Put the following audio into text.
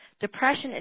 depression